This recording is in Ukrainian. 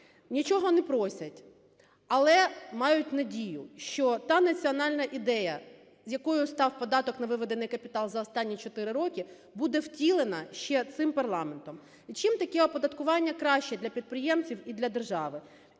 нічого не просять. Але мають надію, що та національна ідея, якою став податок на виведений капітал за останні 4 роки, буде втілена ще цим парламентом. Чим таке оподаткування краще для підприємців і для держави,